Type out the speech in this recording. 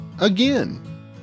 Again